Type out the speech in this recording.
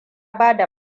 bada